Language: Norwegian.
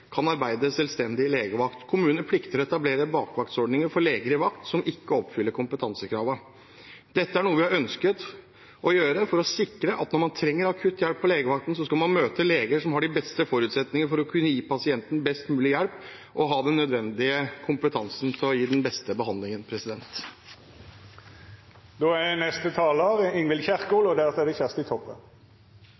kan arbeide selvstendig legevakt. Kommunene plikter å etablere bakvaktsordninger for leger i vakt som ikke oppfyller kompetansekravene. Dette er noe vi har ønsket å gjøre for å sikre at når man trenger akutt hjelp på legevakten, skal man møte leger som har de beste forutsetninger for å kunne gi pasienten best mulig hjelp, og som har den nødvendige kompetansen til å gi den beste behandlingen.